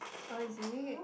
oh is it